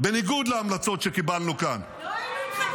בניגוד להמלצות שקיבלנו כאן -- לא היינו איתכם בכלל בממשלה.